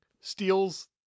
steals